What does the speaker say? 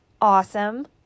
awesome